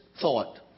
thought